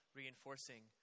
reinforcing